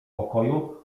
pokoju